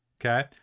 okay